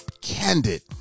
candid